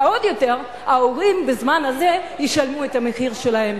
ועוד יותר, ההורים בזמן הזה ישלמו את המחיר שלהם.